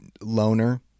loner